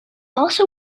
also